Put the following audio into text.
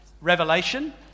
Revelation